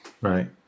Right